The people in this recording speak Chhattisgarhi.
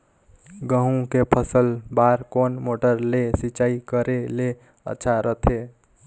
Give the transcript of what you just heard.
गहूं के फसल बार कोन मोटर ले सिंचाई करे ले अच्छा रथे?